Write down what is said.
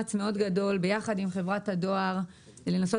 במאמץ מאוד גדול ביחד עם חברת הדואר לנסות